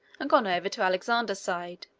and gone over to alexander's side.